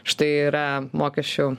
štai yra mokesčių